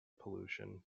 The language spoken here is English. pollution